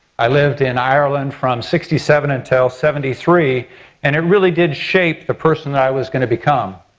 i lived in ireland from sixty seven until seventy three and it really did shape the person that i was going to become.